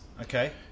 Okay